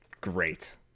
great